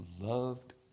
loved